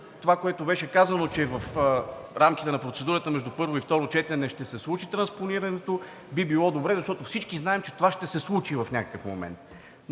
това, което беше казано, че в рамките на процедурата между първо и второ четене ще се случи транспонирането, би било добре, защото всички знаем, че това ще се случи в някакъв момент.